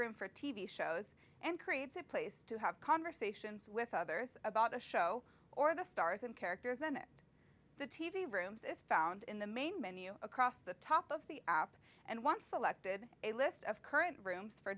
room for t v shows and creates a place to have conversations with others about the show or the stars and characters in it the t v rooms is found in the main menu across the top of the app and once elected a list of current rooms for